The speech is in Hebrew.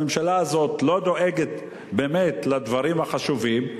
הממשלה הזאת לא דואגת באמת לדברים החשובים,